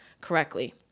correctly